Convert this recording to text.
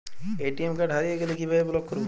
ATM card হারিয়ে গেলে কিভাবে ব্লক করবো?